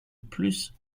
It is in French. plus